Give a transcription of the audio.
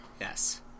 Yes